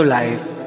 life